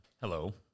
Hello